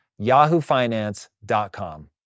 yahoofinance.com